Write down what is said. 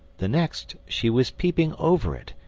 the next, she was peeping over it.